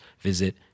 visit